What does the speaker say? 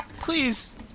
Please